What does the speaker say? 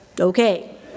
Okay